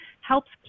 helps